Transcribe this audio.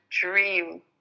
dream